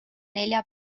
nelja